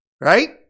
right